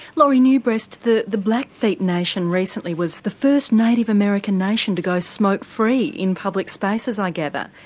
lori new breast the the blackfeet nation recently was the first native american nation to go smoke free in public spaces, i gather.